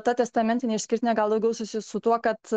ta testamentinę išskirtinę gal daugiau susijęs su tuo kad